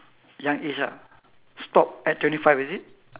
young age ah stop at twenty five is it